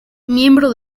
miembro